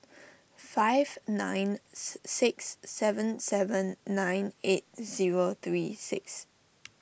five nine six seven seven nine eight zero three six